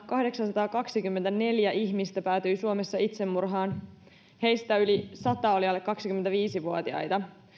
kahdeksansataakaksikymmentäneljä ihmistä päätyi suomessa itsemurhaan vuonna kaksituhattaseitsemäntoista heistä yli sata oli alle kaksikymmentäviisi vuotiaita